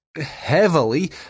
heavily